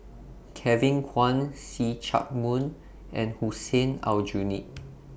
Kevin Kwan See Chak Mun and Hussein Aljunied